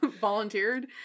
volunteered